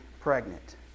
pregnant